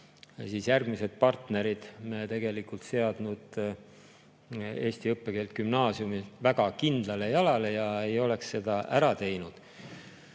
järgmised partnerid seadnud eesti õppekeelt gümnaasiumis väga kindlale jalale ja ei oleks seda ära teinud.